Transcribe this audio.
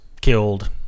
killed